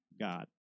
God